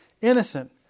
innocent